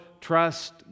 trust